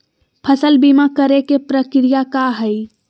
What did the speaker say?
फसल बीमा करे के प्रक्रिया का हई?